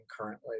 currently